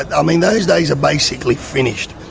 i mean those days are basically finished.